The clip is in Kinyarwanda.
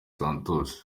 santos